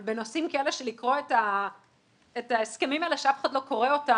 אבל בנושאים כאלה של לקרוא את ההסכמים האלה שאף אחד לא קורא אותם,